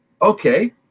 okay